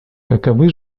каковы